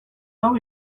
hau